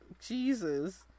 Jesus